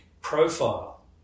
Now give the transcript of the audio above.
profile